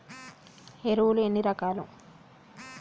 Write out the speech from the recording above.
ఎరువులు ఎన్ని రకాలు?